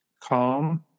calm